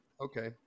okay